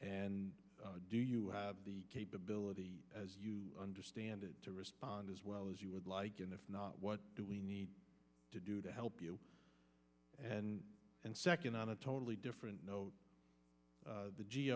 and do you have the capability as you understand it to respond as well as you would like and if not what do we need to do to help you and second on a totally different note and othe